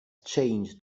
changed